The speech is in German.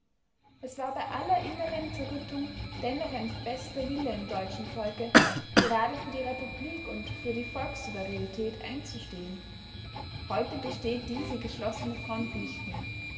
es war bei aller inneren zerrüttung dennoch ein fester wille im deutschen volke gerade für die republik und für die volkssouveränität einzustehen heute besteht diese geschlossene front nicht mehr